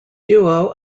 duo